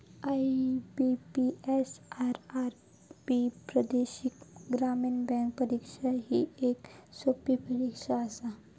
IBPS, RRB प्रादेशिक ग्रामीण bank परीक्षा ही येक सोपी परीक्षा आसा